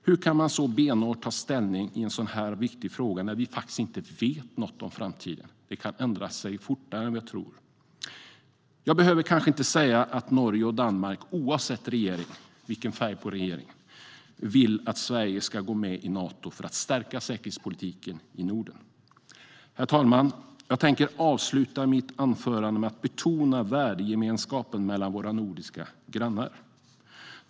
Hur kan man så benhårt ta ställning i en sådan här viktig fråga när vi faktiskt inte vet något om framtiden? Saker kan ändras fortare än vi tror. Jag behöver kanske inte säga att Norge och Danmark oavsett färg på regering vill att Sverige ska gå med i Nato för att stärka säkerhetspolitiken i Norden. Herr talman! Jag tänker avsluta mitt anförande med att betona värdegemenskapen mellan våra nordiska grannar.